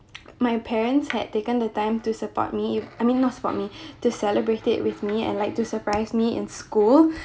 my parents had taken the time to support me I mean not support me to celebrate it with me and like to surprise me in school